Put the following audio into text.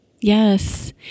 Yes